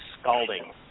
scalding